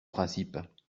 principes